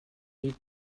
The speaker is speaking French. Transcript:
mille